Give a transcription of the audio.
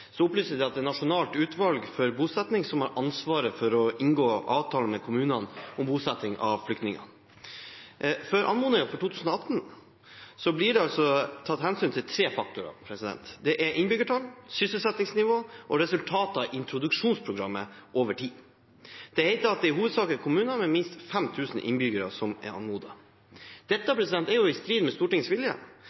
Nasjonalt utvalg for bosetting som har ansvaret for å inngå avtale med kommunene om bosetting av flyktninger. For anmodninger for 2018 blir det tatt hensyn til tre faktorer: innbyggertall, sysselsettingsnivå og resultater av introduksjonsprogrammet over tid. Det heter at det i hovedsak er kommuner med minst 5 000 innbyggere som er anmodet. Dette er i strid med Stortingets vilje.